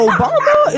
Obama